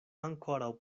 ankoraŭ